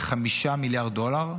ב-5 מיליארד דולר,